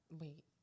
Wait